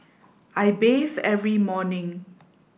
I bathe every morning